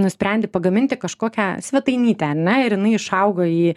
nusprendi pagaminti kažkokią svetainytę ar ne ir jinai išauga į